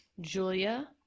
Julia